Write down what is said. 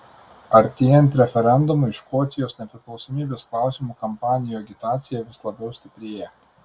artėjant referendumui škotijos nepriklausomybės klausimu kampanijų agitacija vis labiau stiprėja